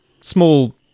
small